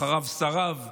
אחריו שריו וסורריו,